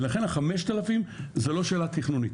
ולכן ה-5,000 זה לא שאלה תכנונית.